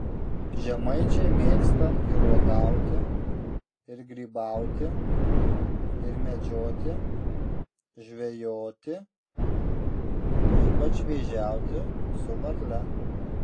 žemaičiai mėgstą ir uogauti ir grybauti ir medžioti žvejoti ypač vėžiauti su varle